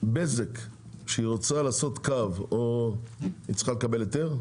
כשבזק רוצה לעשות קו היא צריכה לקבל היתר,